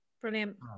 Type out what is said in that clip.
Brilliant